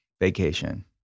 vacation